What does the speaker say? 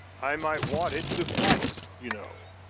i might want it to fight, you know.